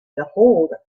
behold